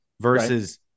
versus